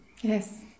Yes